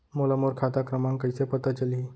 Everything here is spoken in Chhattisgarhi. मोला मोर खाता क्रमाँक कइसे पता चलही?